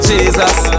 Jesus